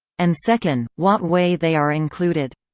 and second, what way they are included?